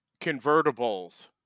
convertibles